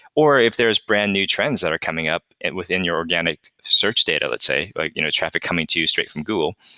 or if there is brand-new trends that are coming up within your organic search data, let's say, like you know traffic coming to you straight from google,